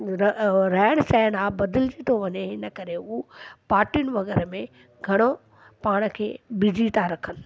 रहण सहण आहे बदलजी थो वञे हिन करे उ पाटीयुनि वग़ैरह में घणो पाण खे बिज़ी था रखनि